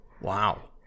Wow